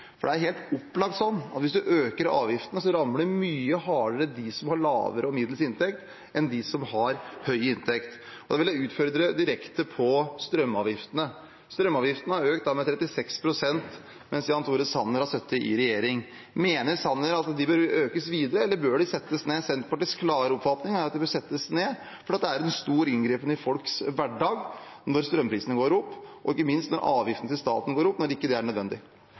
Det er helt opplagt sånn at hvis man øker avgiftene, rammer det mye hardere dem som har lavere og middels inntekt, enn dem som har høy inntekt. Jeg vil utfordre direkte på strømavgiftene. Strømavgiftene har økt med 36 pst. mens Jan Tore Sanner har sittet i regjering. Mener Sanner at de bør økes videre, eller bør de settes ned? Senterpartiets klare oppfatning er at de bør settes ned, for det er en stor inngripen i folks hverdag når strømprisene går opp – og ikke minst når avgiftene til staten går opp når det ikke er nødvendig.